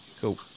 Cool